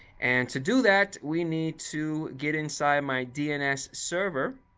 and to do that, we need to get inside my dns server,